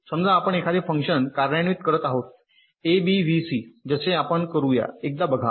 समजा आपण एखादे फंक्शन कार्यान्वित करत आहोत ए बी व्ही सी जसे आपण करू या एकदा बघा